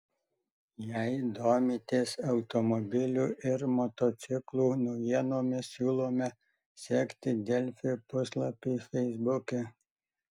jei domitės automobilių ir motociklų naujienomis siūlome sekti delfi puslapį feisbuke